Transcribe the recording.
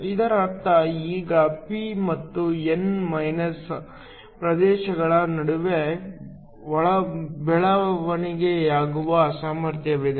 ಇದರರ್ಥ ಈಗ p ಮತ್ತು n ಪ್ರದೇಶಗಳ ನಡುವೆ ಬೆಳವಣಿಗೆಯಾಗುವ ಸಾಮರ್ಥ್ಯವಿದೆ